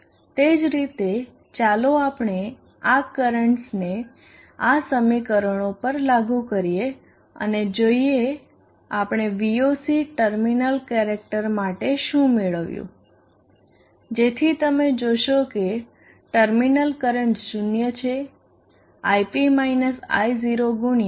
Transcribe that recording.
તે જ રીતે ચાલો આપણે આ કરંટસને આ સમીકરણો પર લાગુ કરીએ અને જોઈએ આપણે Voc ટર્મિનલ કેરેક્ટર માટે શું મેળવ્યું જેથી તમે જોશો કે ટર્મિનલ કરંટ 0 છે Ip - I0 ગુણ્યા